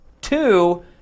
two